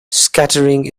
scattering